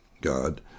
God